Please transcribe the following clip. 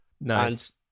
Nice